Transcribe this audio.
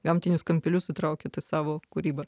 gamtinius kampelius įtraukėt į savo kūrybą